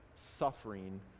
suffering